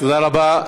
תודה רבה.